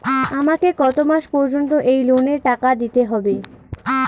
আমাকে কত মাস পর্যন্ত এই লোনের টাকা দিতে হবে?